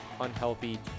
unhealthy